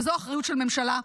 וזאת אחריות של ממשלה,